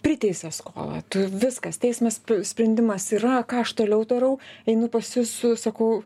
priteisia skolą tu viskas teismas sprendimas yra ką aš toliau darau einu pas jus su sakau